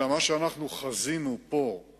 אלא שמה שחזינו בו פה